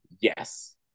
yes